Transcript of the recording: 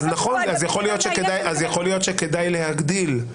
נכון, אז יכול להיות שכדאי להגדיל.